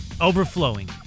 Overflowing